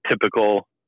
typical